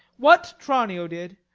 what tranio did,